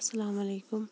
اسلام علیکُم